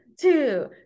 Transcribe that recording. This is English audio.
two